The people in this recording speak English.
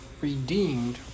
redeemed